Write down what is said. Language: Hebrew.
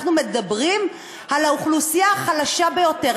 אנחנו מדברים על האוכלוסייה החלשה ביותר,